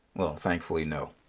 well, thankfully no.